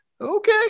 okay